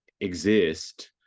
exist